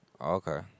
Okay